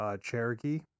Cherokee